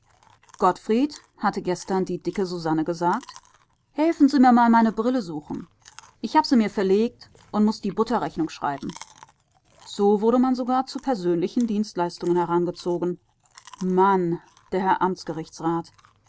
gottfried hatte gestern die dicke susanne gesagt helfen se mir mal meine brille suchen ich hab mir se verlegt und muß die butterrechnung schreiben so wurde man sogar zu persönlichen dienstleistungen herangezogen man der herr